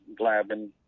Glavin